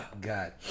God